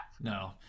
No